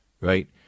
right